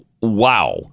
Wow